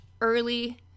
early